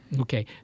Okay